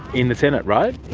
in the senate, right?